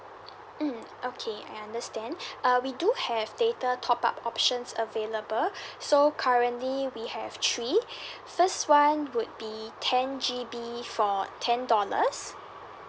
mm okay I understand uh we do have data top up options available so currently we have three first one would be ten G_B for ten dollars